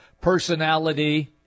personality